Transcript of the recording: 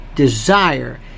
Desire